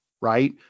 Right